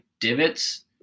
divots